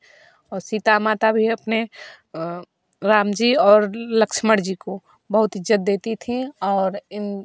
और सीता माता भी अपने राम जी और लक्ष्मण जी को बहुत इज़्ज़त देती थीं और इन